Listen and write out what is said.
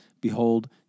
Behold